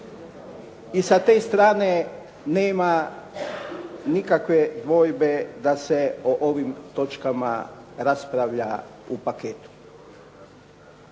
I sa te strane nema nikakve dvojbe da se o ovim točkama raspravlja u paketu.